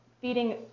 feeding